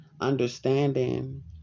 understanding